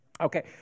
Okay